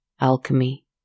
alchemy